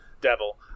devil